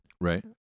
right